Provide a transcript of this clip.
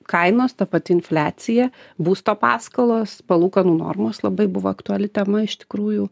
kainos ta pati infliacija būsto paskolos palūkanų normos labai buvo aktuali tema iš tikrųjų